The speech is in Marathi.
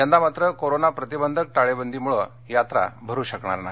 यंदा मात्र करोना प्रतिबंधक टाळेबंदीमुळे यात्रा भरू शकणार नाही